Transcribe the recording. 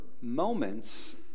moments